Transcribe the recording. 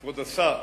כבוד השר,